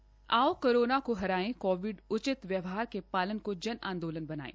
आओ कोरोना को हराए कोविड उचित व्यवहार के पालन को जन आंदोलन बनायें